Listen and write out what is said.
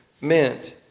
meant